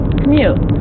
commute